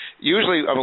Usually